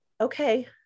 okay